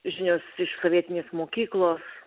žinios iš sovietinės mokyklos